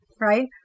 right